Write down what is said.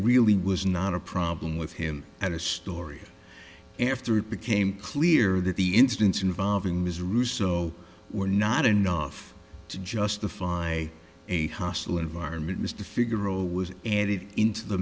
really was not a problem with him at a story after it became clear that the incidents involving ms russo were not enough to justify a hostile environment mr figaro was and it into the